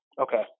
Okay